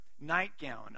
nightgown